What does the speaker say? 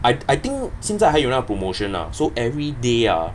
I I think 现在还有 promotion ah so everyday ah